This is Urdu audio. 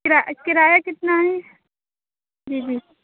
کرا کرایہ کتنا ہے جی جی